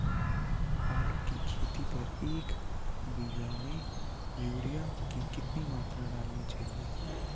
आलू की खेती पर एक बीघा में यूरिया की कितनी मात्रा डालनी चाहिए?